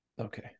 Okay